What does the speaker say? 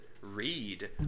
read